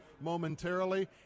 momentarily